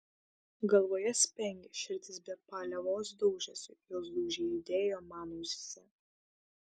galvoje spengė širdis be paliovos daužėsi jos dūžiai aidėjo man ausyse